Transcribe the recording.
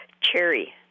cherry